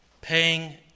paying